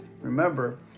Remember